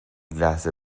لحظه